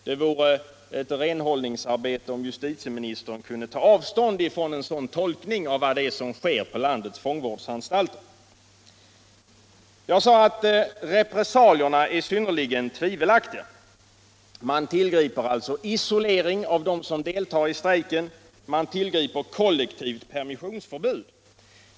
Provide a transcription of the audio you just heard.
Det vore ett renhållningsarbete om justitieministern kunde ta avstånd från en sådan tolkning av vad som sker på landets fångvårdsanstalter. Jag sade att repressalierna är synnerligen tvivelaktiga. Man tillgriper alltså isolering av dem som deltar i strejken, man tillgriper kollektivt permissionsförbud.